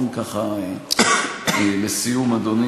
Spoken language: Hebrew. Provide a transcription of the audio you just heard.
עוד דברים